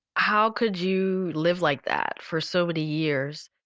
how could you live like that? for so many years.